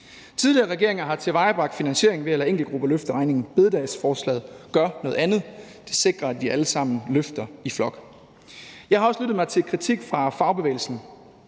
Tidligere regeringer har tilvejebragt finansiering ved at lade enkeltgrupper løfte regningen. Bededagsforslaget gør noget andet – det sikrer, at vi alle sammen løfter i flok. Jeg har også lyttet mig til kritik fra fagbevægelsen.